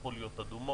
הפכו להיות אדומות.